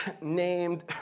named